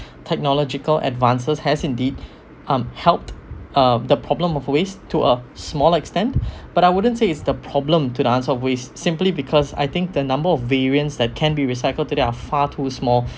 technological advances has indeed um helped uh the problem of waste to a small extent but I wouldn't say is the problem to the answer of waste simply because I think the number of variants that can be recycled today are far too small